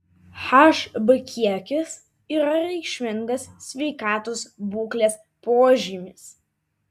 hb kiekis yra reikšmingas sveikatos būklės požymis